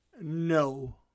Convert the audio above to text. no